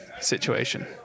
situation